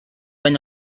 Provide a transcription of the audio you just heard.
been